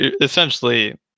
essentially